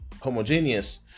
homogeneous